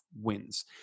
wins